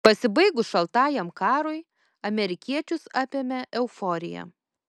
pasibaigus šaltajam karui amerikiečius apėmė euforija